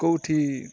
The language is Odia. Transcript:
କେଉଁଠି